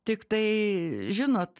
tiktai žinot